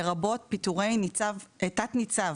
לרבות פיטורי תת ניצב